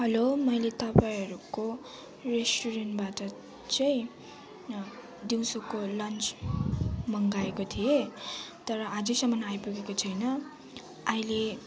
hello मैले तपाईँहरूको रेस्टुरेन्टबाट चाहिँ दिउँसोको लन्च मगाएको थिएँ तर अझैसम्म आइपुगेको छैन अहिले